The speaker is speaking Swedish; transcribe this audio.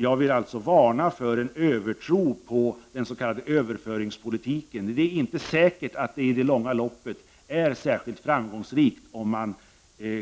Jag vill varna för en övertro på den s.k. överföringspolitiken. Det är inte säkert att det i det långa loppet är särskilt framgångsrikt att man